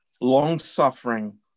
long-suffering